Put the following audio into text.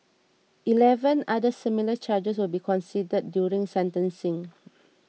eleven other similar charges will be considered during sentencing